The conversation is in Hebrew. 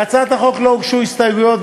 להצעת החוק לא הוגשו הסתייגויות,